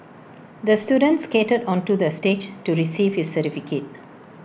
the student skated onto the stage to receive his certificate